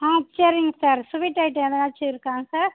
ஆ சரிங்க sir sweet item எதுனாச்சும் இருக்காங்க சார்